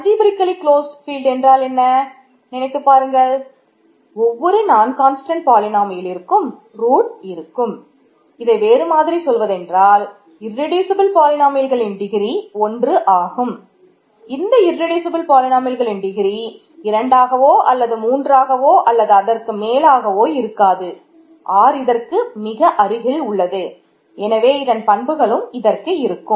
algebraically இருக்கும்